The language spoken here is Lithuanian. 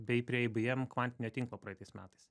bei prie ibm kvantinio tinklo praeitais metais